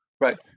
right